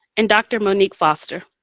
and dr. monique foster.